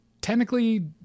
technically